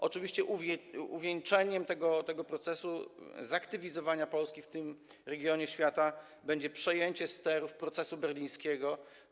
Oczywiście uwieńczeniem tego procesu zaktywizowania Polski w tym regionie świata będzie przejęcie sterów procesu berlińskiego.